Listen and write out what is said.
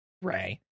Ray